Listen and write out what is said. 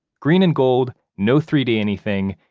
green and gold. no three d anything.